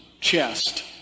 chest